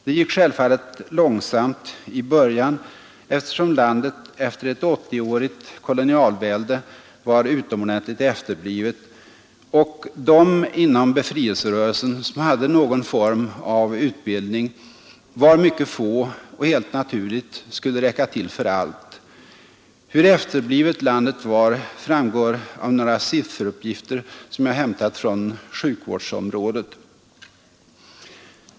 Det gick självfallet långsamt i början, då landet efter ett 80-årigt kolonialvälde var utomordentligt efterblivet och de inom befrielserörelsen som hade någon form av utbildning var mycket få och helt naturligt skulle räcka till för allt. Hur efterblivet landet var framgår av några sifferuppgifter som jag hämtat från sjukvårdsområdet.